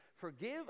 forgive